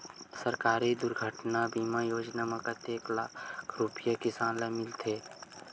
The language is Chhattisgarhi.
सहकारी दुर्घटना बीमा योजना म कतेक लाख रुपिया किसान ल मिलथे?